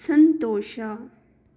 ಸಂತೋಷ